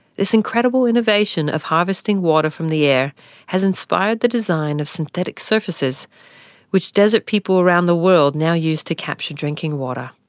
this incredible innovation of harvesting water from the air has inspired the design of synthetic surfaces which desert people around the world now use to capture drinking water.